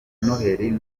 noheri